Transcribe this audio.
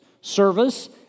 service